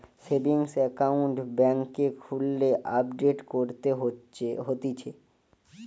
savings account বেংকে খুললে update করতে হতিছে